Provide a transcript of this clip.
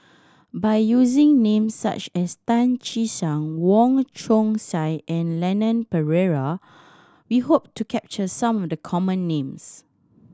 by using names such as Tan Che Sang Wong Chong Sai and Leon Perera we hope to capture some of the common names